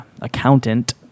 accountant